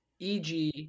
EG